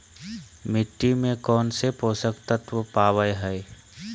मिट्टी में कौन से पोषक तत्व पावय हैय?